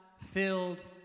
filled